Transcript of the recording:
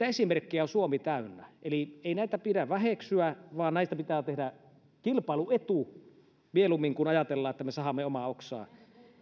esimerkkejä on suomi täynnä eli ei näitä pidä väheksyä vaan näistä pitää tehdä kilpailuetu mieluummin kuin ajatella että me sahaamme omaa oksaa